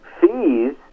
fees